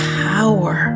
power